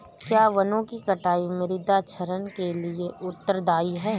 क्या वनों की कटाई मृदा क्षरण के लिए उत्तरदायी है?